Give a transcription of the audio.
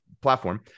platform